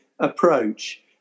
approach